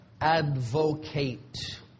Advocate